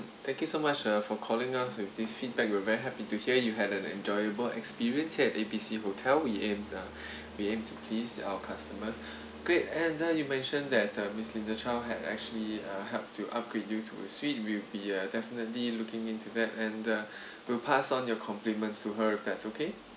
thank you so much uh for calling us with this feedback we're very happy to hear you had an enjoyable experience here at A B C hotel we aim uh we aim to please our customers great and then you mention that uh miss linda chow had actually uh help to upgrade you to a suite we'll be uh definitely looking into that and we'll pass on your compliments to her if that's okay